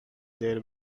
there